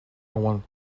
want